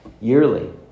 yearly